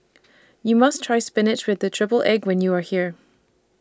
YOU must Try Spinach with The Triple Egg when YOU Are here